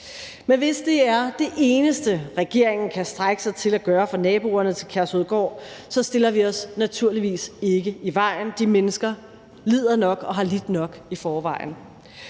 Men hvis det er det eneste, regeringen kan strække sig til at gøre for naboerne til Kærshovedgård, stiller vi os naturligvis ikke i vejen. De mennesker lider nok og har lidt nok i forvejen.